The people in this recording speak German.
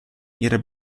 ihre